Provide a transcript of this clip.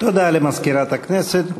תודה למזכירת הכנסת.